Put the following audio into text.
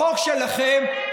בחוק שלכם,